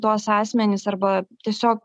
tuos asmenis arba tiesiog